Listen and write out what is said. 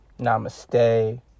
Namaste